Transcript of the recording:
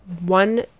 one